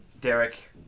Derek